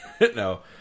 No